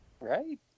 Right